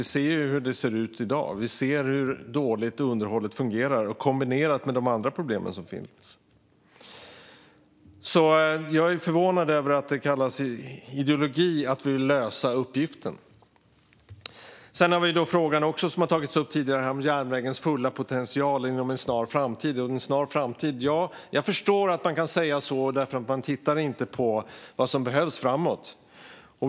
Vi ser ju hur det ser ut i dag; vi ser hur dåligt underhållet fungerar kombinerat med de andra problem som finns. Jag är förvånad över att det kallas ideologi att vilja lösa uppgiften. Frågan om järnvägens fulla potential inom en snar framtid har också tagits upp här. Jag förstår att man kan säga så eftersom man inte tittar på vad som behövs framåt.